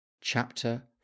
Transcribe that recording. Chapter